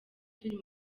turi